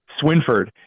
Swinford